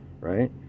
right